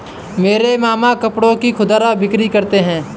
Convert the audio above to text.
मेरे मामा कपड़ों की खुदरा बिक्री करते हैं